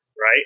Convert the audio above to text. right